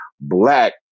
black